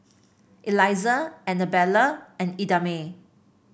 Elizah Annabella and Idamae